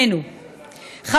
על אף